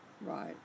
right